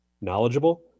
knowledgeable